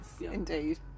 indeed